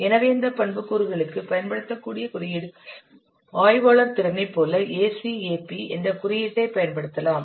எனவே இந்த பண்புக்கூறுகளுக்கு பயன்படுத்தக்கூடிய குறியீடுகள் ஆய்வாளர் திறனைப் போல ACAP என்ற குறியீட்டைப் பயன்படுத்தலாம்